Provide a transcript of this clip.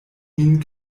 min